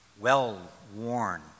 well-worn